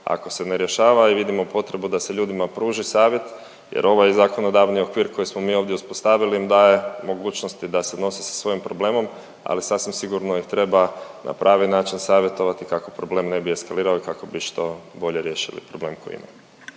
ako se ne rješava i vidimo potrebu da se ljudima pruži savjet jer ovaj zakonodavni okvir koji smo mi ovdje uspostavili im daje mogućnosti da se nose sa svojim problemom, ali sasvim sigurno ih treba na pravi način savjetovati kako problem ne bi eskalirao i kako bi što bolje riješili problem koji imaju.